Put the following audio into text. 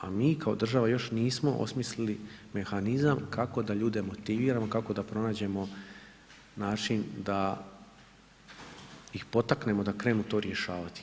A mi kao država još nismo osmislili mehanizam kako da ljude motiviramo, kako da pronađemo način da ih potaknemo da krenemo to rješavati.